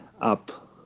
up